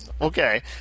Okay